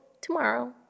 Tomorrow